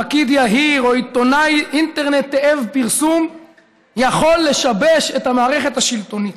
פקיד יהיר או עיתונאי אינטרנט תאב פרסום יכול לשבש את המערכת השלטונית,